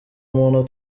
umuntu